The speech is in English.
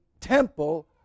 temple